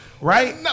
Right